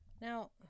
Now